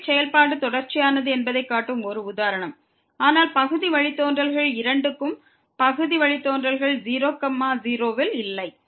எனவே செயல்பாடு தொடர்ச்சியானது என்பதைக் காட்டும் ஒரு உதாரணம் ஆனால் பகுதி வழித்தோன்றல்கள் இரண்டுக்கும் பகுதி வழித்தோன்றல்கள் 0 0 இல் இல்லை